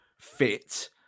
fit